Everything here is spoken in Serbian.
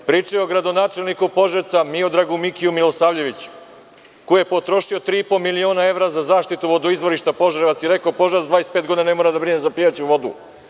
Pričaju o gradonačelniku Požarevca Miodragu Mikiju Milosavljeviću, koji je potrošio tri i po miliona evra za zaštitu vodoizvorišta Požarevac i rekao – Požarevac 25 godina ne mora da brine za pijaću vodu.